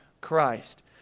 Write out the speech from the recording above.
Christ